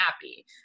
happy